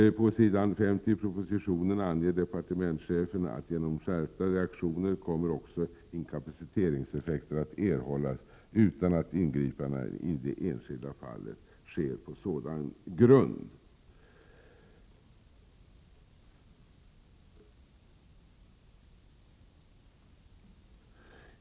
På s. 50 i propositionen anger departementschefen att genom skärpta reaktioner kommer också inkapaciteringseffekter att erhållas utan att ingripandena i det enskilda fallet sker på sådan grund.